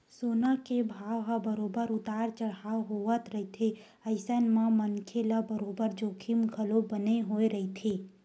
सोना के भाव ह बरोबर उतार चड़हाव होवत रहिथे अइसन म मनखे ल बरोबर जोखिम घलो बने होय रहिथे